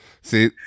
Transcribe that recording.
See